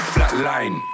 Flatline